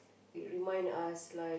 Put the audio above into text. it remind us like